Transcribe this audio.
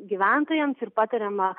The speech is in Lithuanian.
gyventojams ir patariama